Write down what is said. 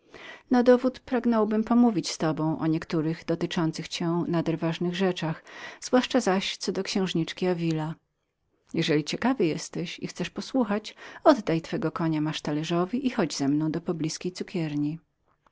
na dowód pragnąłbym pomówić z tobą o niektórych dotyczących cię nader ważnych rzeczach zwłaszcza zaś co do księżniczki davila jeżeli ciekawym jesteś i chcesz posłuchać oddaj twego konia masztalerzowi i choć ze mną do poblizkiej cukierni